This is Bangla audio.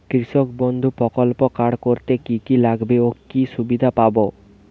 কৃষক বন্ধু প্রকল্প কার্ড করতে কি কি লাগবে ও কি সুবিধা পাব?